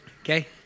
okay